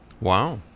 Wow